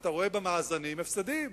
ואתה רואה במאזנים הפסדים.